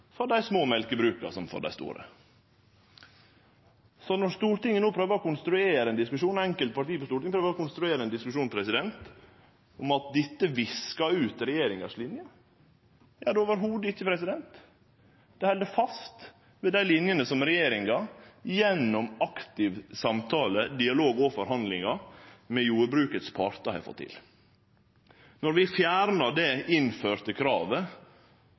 for dei små mjølkebruka som for dei store. Enkelte parti på Stortinget prøver å konstruere ein diskusjon om at dette viskar ut regjeringas linje. Det gjer det absolutt ikkje, det held fast ved linjene som regjeringa gjennom aktiv samtale, dialog og forhandlingar med jordbrukets partar har fått til. Vi fjerna det innførte kravet